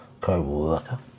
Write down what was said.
co-worker